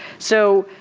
so